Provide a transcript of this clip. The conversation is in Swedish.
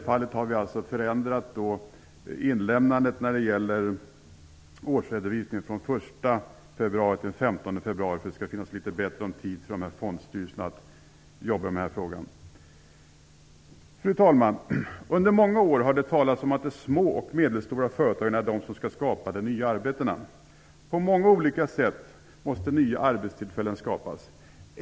Datum för inlämnande av årsredovisning ändras från den 1 februari till den 15 februari för att fondstyrelserna skall få mer tid att arbeta med dessa frågor. Fru talman! Under många år har det talats om att det är de små och medelstora företagen som skall skapa de nya arbetena. På många olika sätt måste nya arbetstillfällen skapas.